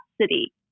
city